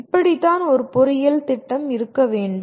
இப்படிதான் ஒரு பொறியியல் திட்டம் இருக்க வேண்டும்